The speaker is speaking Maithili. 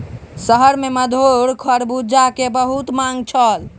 शहर में मधुर खरबूजा के बहुत मांग छल